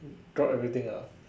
got everything ah